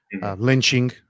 Lynching